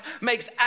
makes